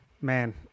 man